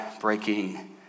breaking